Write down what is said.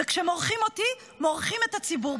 וכשמורחים אותי, מורחים את הציבור.